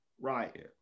Right